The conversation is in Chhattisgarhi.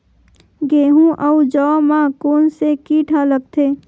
गेहूं अउ जौ मा कोन से कीट हा लगथे?